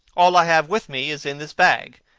all i have with me is in this bag,